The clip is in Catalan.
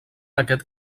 aquest